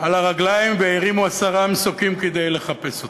על הרגליים והרימו עשרה מסוקים כדי לחפש אותם.